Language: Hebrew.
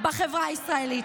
בחברה הישראלית.